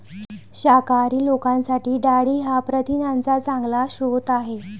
शाकाहारी लोकांसाठी डाळी हा प्रथिनांचा चांगला स्रोत आहे